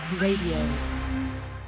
Radio